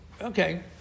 Okay